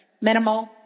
minimal